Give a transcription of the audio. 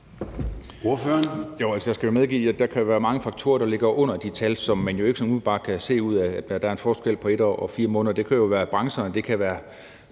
der kan være mange faktorer, der ligger under de tal, og som man ikke sådan umiddelbart kan se ud af det, og det, at der er en forskel på 1 år og 4 måneder, kan jo være ud fra brancherne, det kan være